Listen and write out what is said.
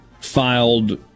filed